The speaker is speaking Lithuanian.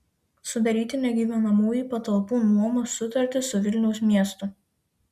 sudaryti negyvenamųjų patalpų nuomos sutartį su vilniaus miestu